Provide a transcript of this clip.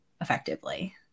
effectively